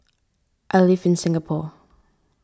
I live in Singapore